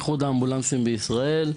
איחוד האמבולנסים בישראל,